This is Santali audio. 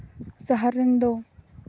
ᱥᱟᱦᱟᱨ ᱨᱮᱱ ᱫᱚ